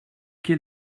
quel